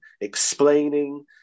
explaining